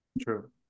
True